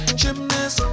gymnast